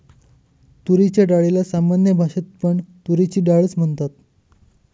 तुरीच्या डाळीला सामान्य भाषेत पण तुरीची डाळ च म्हणतात